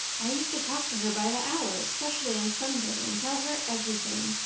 i used to talk to her by the hour, especially on sunday, and tell her everything.